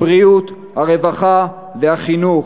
הבריאות, הרווחה והחינוך,